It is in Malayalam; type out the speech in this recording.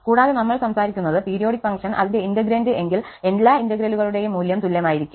കൂടാതെ നമ്മൾ സംസാരിക്കുന്നത് പീരിയോഡിക് ഫംഗ്ഷൻ അതിന്റെ ഇന്റെഗ്രേൻഡ് എങ്കിൽ എല്ലാ ഇന്റഗ്രലുകളുടെയും മൂല്യം തുല്യമായിരിക്കും